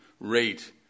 rate